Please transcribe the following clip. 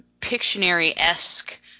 Pictionary-esque